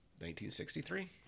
1963